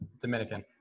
Dominican